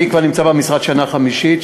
אני נמצא במשרד זו השנה החמישית,